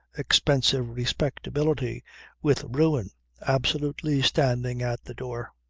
expensive respectability with ruin absolutely standing at the door.